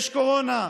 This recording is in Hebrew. יש קורונה,